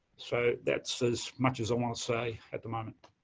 so, that's as much as i want to say at the moment.